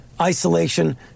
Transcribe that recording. isolation